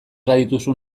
badituzu